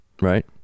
right